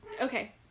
Okay